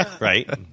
Right